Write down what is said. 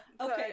Okay